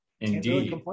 indeed